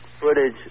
footage